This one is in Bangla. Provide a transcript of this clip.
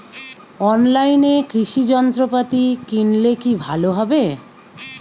অনলাইনে কৃষি যন্ত্রপাতি কিনলে কি ভালো হবে?